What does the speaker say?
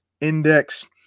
Index